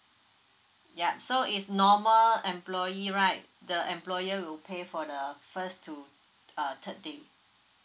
ya so is normal employee right the employer will pay for the first to uh third day